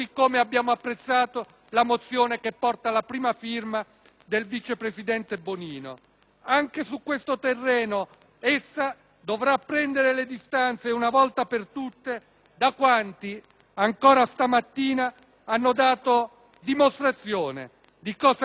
Anche su questo terreno l'opposizione dovrà prendere le distanze, una volta per tutte, da quanti ancora questa mattina hanno dato dimostrazione di cosa intendano per rispetto dello Stato e delle sue massime istituzioni.